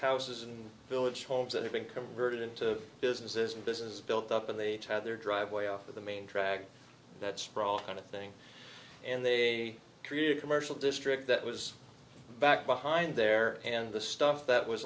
houses and village homes that have been converted into businesses and businesses built up and they had their driveway off the main drag that sprawl kind of thing and they created a commercial district that was back behind their hand the stuff that was